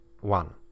one